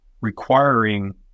requiring